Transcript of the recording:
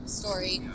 story